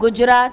Gujarat